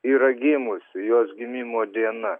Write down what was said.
yra gimusi jos gimimo diena